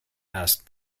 asked